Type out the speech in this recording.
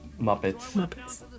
muppets